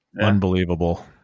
Unbelievable